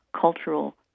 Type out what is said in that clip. cultural